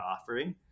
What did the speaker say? offering